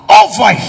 over